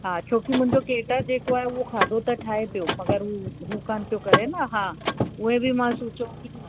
हा छो कि मुंहिंजो केटर्स जेको आहे उहो खाधो त ठाहे पियो मगर हू हू कान पियो करे न हा उहे बि मां सोचियो कि